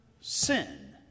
sin